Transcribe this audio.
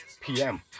PM